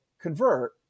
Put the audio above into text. convert